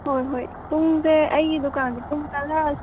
ꯍꯣꯏ ꯍꯣꯏ ꯄꯨꯡꯁꯦ ꯑꯩꯒꯤ ꯗꯨꯀꯥꯟꯗꯤ ꯄꯨꯡ ꯇꯔꯥ